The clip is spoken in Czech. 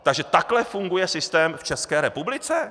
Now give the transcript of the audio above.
Takže takhle funguje systém v České republice?